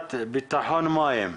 יחידת ביטחון מים.